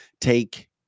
take